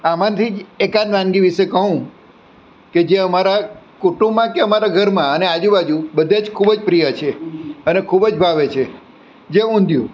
આમાંથી જ એકાદ વાનગી વિશે કહું કે જે અમારા કુટુંબમાં કે અમારા ઘરમાં અને આજુબાજુ બધે જ ખૂબ જ પ્રિય છે અને ખૂબ જ ભાવે છે જે ઉંધિયું